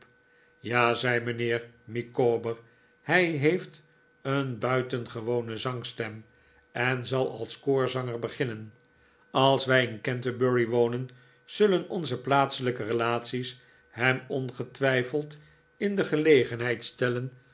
ja zei mijnheer micawber hij heeft een buitengewone zangstem en zal als koorzanger beginnen als wij in canterbury wonen z'ullen onze plaatselijke relaties hem ongetwijfeld in de gelegenheid stellen